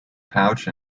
pouch